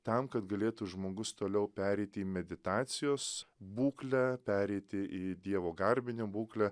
tam kad galėtų žmogus toliau pereiti į meditacijos būklę pereiti į dievo garbinę būklę